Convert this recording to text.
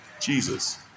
Jesus